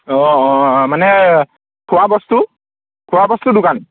অঁ অঁ মানে খোৱা বস্তু খোৱা বস্তুৰ দোকান